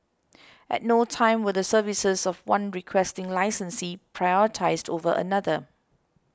at no time were the services of one Requesting Licensee prioritised over another